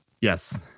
Yes